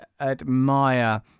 admire